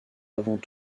avant